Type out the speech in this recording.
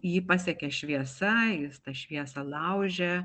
jį pasiekia šviesa jis tą šviesą laužia